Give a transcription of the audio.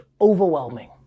overwhelming